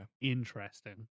interesting